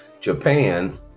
japan